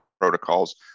protocols